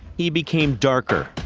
he became darker,